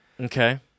Okay